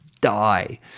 die